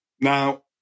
Now